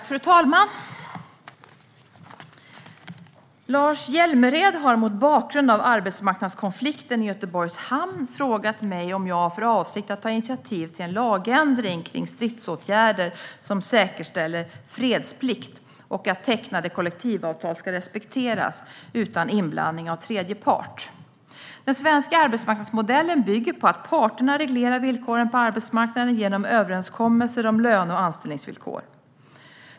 Fru talman! Lars Hjälmered har mot bakgrund av arbetsmarknadskonflikten i Göteborgs hamn frågat mig om jag har för avsikt att ta initiativ till en lagändring kring stridsåtgärder som säkerställer fredsplikt och att tecknade kollektivavtal ska respekteras utan inblandning av tredje part. Den svenska arbetsmarknadsmodellen bygger på att parterna reglerar villkoren på arbetsmarknaden genom överenskommelser om löne och anställningsvillkor.